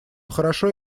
хорошо